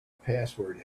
password